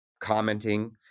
commenting